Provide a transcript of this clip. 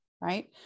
right